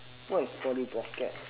what is polly pocket